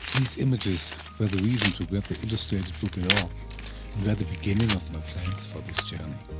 these images were the reason to grab the illustrated book at all and were the beginning of my plans for this journey.